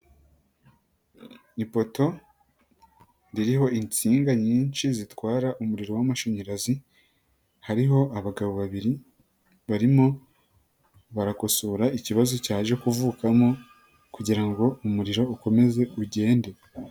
Ipoto ririho insinga nyinshi zitwara umuriro w'amashanyarazi, hariho abagabo babiri barimo barakosora ikibazo cyaje kuvukamo kugira ngo umuriro ukomeze ugende.